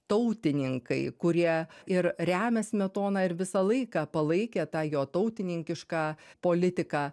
tautininkai kurie ir remia smetoną ir visą laiką palaikė tą jo tautininkišką politiką